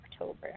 October